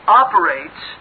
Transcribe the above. operates